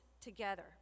together